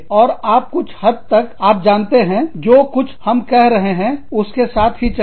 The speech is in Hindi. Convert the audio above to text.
और आप कुछ हद तक आप जानते हैं जो कुछ हम कह रहे हैं उसके साथ ही चलें